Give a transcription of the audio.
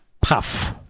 Puff